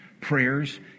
prayers